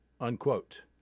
unquote